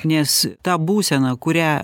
nes tą būseną kurią